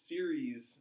Series